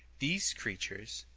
these creatures,